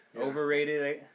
overrated